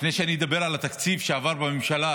לפני שאני אדבר על התקציב שעבר בממשלה,